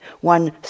one